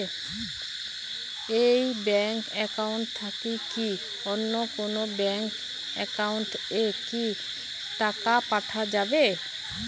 এই bank account থাকি কি অন্য কোনো ব্যাংক একাউন্ট এ কি টাকা পাঠা যাবে?